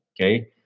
Okay